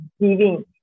giving